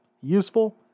Useful